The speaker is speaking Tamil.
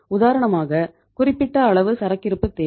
உதாரணமாக குறிப்பிட்ட அளவு சரக்கிருப்பு தேவை